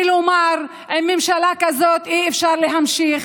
ולומר: עם ממשלה כזאת אי-אפשר להמשיך,